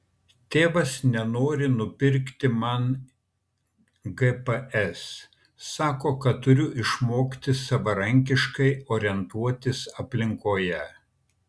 tėvas nenori nupirkti man gps sako kad turiu išmokti savarankiškai orientuotis aplinkoje